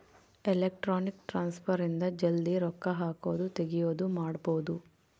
electronic transfer ಇಂದ ಜಲ್ದೀ ರೊಕ್ಕ ಹಾಕೋದು ತೆಗಿಯೋದು ಮಾಡ್ಬೋದು